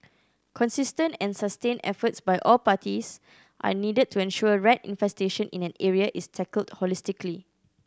consistent and sustained efforts by all parties are needed to ensure rat infestation in an area is tackled holistically